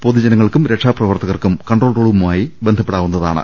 പൊതുജനങ്ങൾക്കും രക്ഷാപ്രവർത്തകർക്കും കൺട്രോൾ റൂമുമായി ബന്ധപ്പെടാവുന്നതാണ്